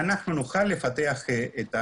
למה הוא לא עובר ישר לרשות לאכיפה